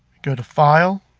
go to file,